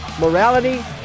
morality